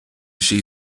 she